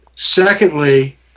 Secondly